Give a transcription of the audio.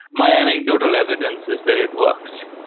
my anecdotal evidence is that it works.